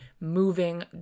moving